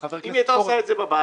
אם היא הייתה עושה את זה בבית,